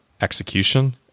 execution